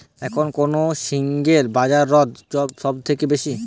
এখন কোন ঝিঙ্গের বাজারদর সবথেকে বেশি?